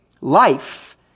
life